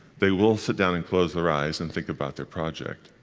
they will sit down, and close their eyes, and think about their project.